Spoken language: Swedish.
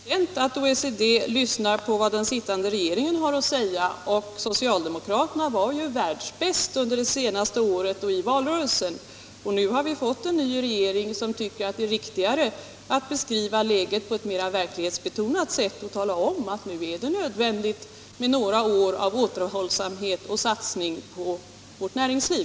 Herr talman! Det är känt att OECD lyssnar på vad en sittande regering har att säga, och socialdemokraterna sade naturligtvis under det senaste året och i valrörelsen att de var världsbäst. Men nu har vi fått en ny regering som tycker att det är riktigare att beskriva läget på ett mera verklighetsbetonat sätt och tala om att det nu är nödvändigt med några år av återhållsamhet och satsning på vårt näringsliv.